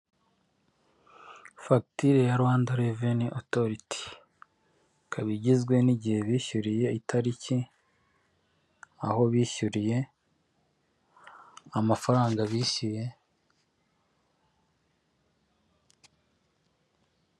Fagitire ya Rwanda reveni otoriti, ikaba igizwe n'igihe bishyuriye, itariki, aho bishyuriye, amafaranga bishyuye